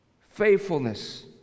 faithfulness